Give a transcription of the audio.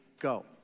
go